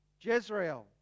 Jezreel